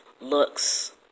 looks